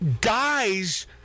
guys